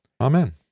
Amen